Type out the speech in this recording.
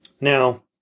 Now